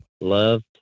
love